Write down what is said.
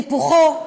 ולטיפוחו